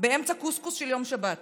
באמצע קוסקוס של יום שבת